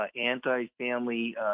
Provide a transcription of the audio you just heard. anti-family